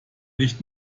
nicht